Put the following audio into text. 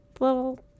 little